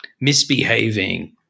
misbehaving